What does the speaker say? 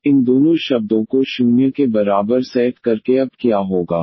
तो इन दोनों शब्दों को 0 के बराबर सेट करके अब क्या होगा